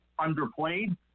underplayed